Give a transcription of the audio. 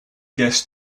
guest